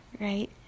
right